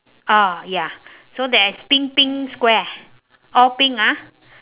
oh ya so there is pink pink square all pink ah